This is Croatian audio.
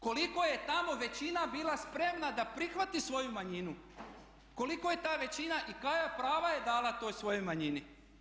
Koliko je tamo većina bila spremna da prihvati svoju manjinu, koliko je ta većina i koja prava je dala toj svojoj manjini?